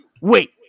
wait